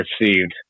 received